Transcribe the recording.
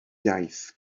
iaith